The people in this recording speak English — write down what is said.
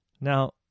Now